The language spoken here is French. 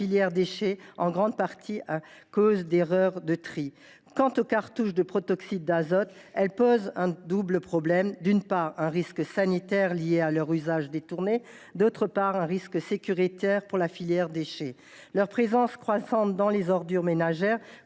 déchets, en grande partie à cause d’erreurs de tri. Quant aux cartouches de protoxyde d’azote, elles posent un double problème : d’une part, un risque sanitaire lié à leur usage détourné ; d’autre part, un risque sécuritaire pour la filière des déchets. Leur présence croissante dans les ordures ménagères